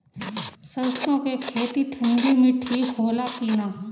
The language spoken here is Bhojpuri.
सरसो के खेती ठंडी में ठिक होला कि ना?